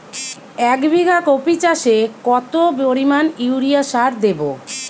এক বিঘা কপি চাষে কত পরিমাণ ইউরিয়া সার দেবো?